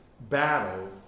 battle